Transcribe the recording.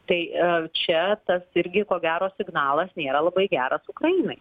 tai ar čia tas irgi ko gero signalas nėra labai geras ukrainai